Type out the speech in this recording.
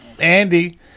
Andy